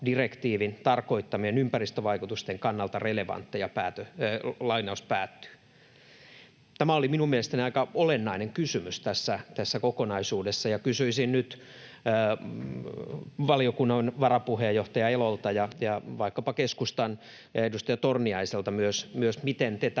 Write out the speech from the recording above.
tarkoittamien ympäristövaikutusten kannalta relevantteja.” Tämä oli minun mielestäni aika olennainen kysymys tässä kokonaisuudessa, ja kysyisin nyt valiokunnan varapuheenjohtaja Elolta ja vaikkapa keskustan edustaja Torniaiselta myös, miten te tähän